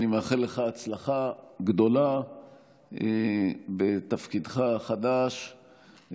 אני מאחל לך הצלחה גדולה בתפקידך החדש,